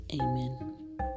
Amen